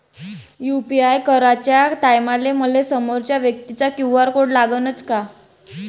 UPI कराच्या टायमाले मले समोरच्या व्यक्तीचा क्यू.आर कोड लागनच का?